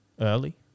Early